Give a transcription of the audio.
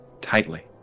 tightly